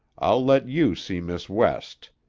i'll let you see miss west.